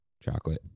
Chocolate